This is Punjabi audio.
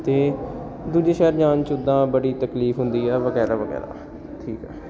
ਅਤੇ ਦੂਜੇ ਸ਼ਹਿਰ ਜਾਣ 'ਚ ਉੱਦਾਂ ਬੜੀ ਤਕਲੀਫ ਹੁੰਦੀ ਹੈ ਵਗੈਰਾ ਵਗੈਰਾ ਠੀਕ ਹੈ